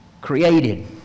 created